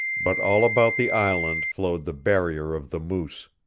but all about the island flowed the barrier of the moose,